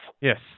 Yes